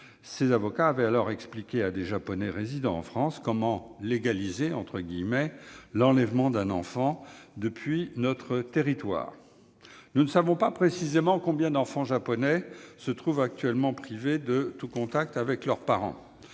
Ces avocats avaient alors expliqué à des Japonais résidant en France comment « légaliser » l'enlèvement d'un enfant depuis notre territoire. Nous ne savons pas précisément combien d'enfants japonais se trouvent actuellement privés de tout contact avec l'un de leurs parents.